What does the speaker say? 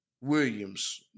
Williams